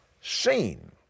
seen